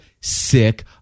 sick